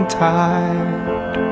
tied